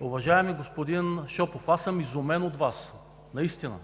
Уважаеми господин Шопов, аз съм изумен от Вас, наистина.